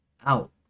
out